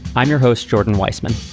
i'm your host, jordan weisman.